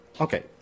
Okay